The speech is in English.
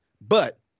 But-